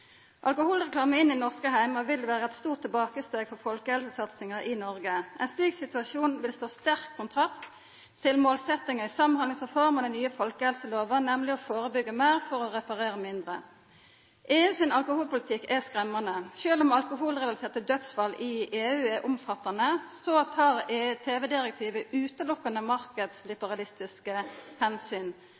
Alkoholreklame inn i norske heimar vil vera eit stort tilbakesteg for folkehelsesatsinga i Noreg. Ein slik situasjon vil stå i sterk kontrast til målsetjinga i Samhandlingsreforma og i den nye folkehelselova, nemleg å førebyggja meir for å reparera mindre. EU sin alkoholpolitikk er skremmande. Sjølv om alkoholrelaterte dødsfall i EU er omfattande, tek tv-direktivet utelukkande